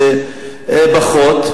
שפחות.